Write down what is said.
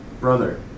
Brother